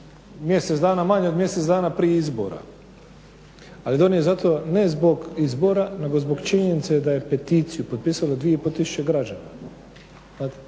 mjesec dana manje od mjesec dana prije izbora. Ali je donio zato ne zbog izbora, nego zbog činjenice da je peticiju potpisalo dvije